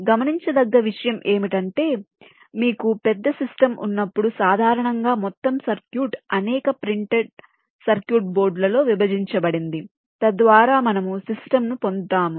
గమనించదగ్గ విషయం ఏమిటంటే మీకు పెద్ద సిస్టమ్ ఉన్నప్పుడు సాధారణంగా మొత్తం సర్క్యూట్ అనేక ప్రింటెడ్ సర్క్యూట్ బోర్డులలో విభజించబడింది తద్వారా మనము సిస్టమ్ ను పొందుతాము